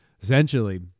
essentially